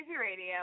Radio